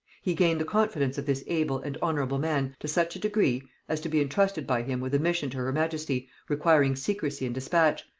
he gained the confidence of this able and honorable man to such a degree, as to be intrusted by him with a mission to her majesty requiring secrecy and dispatch,